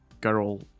girl